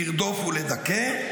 לרדוף ולדכא?